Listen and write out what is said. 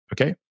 Okay